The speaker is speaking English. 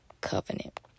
covenant